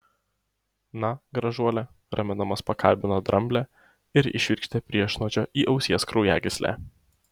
na gražuole ramindamas pakalbino dramblę ir įšvirkštė priešnuodžio į ausies kraujagyslę